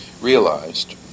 realized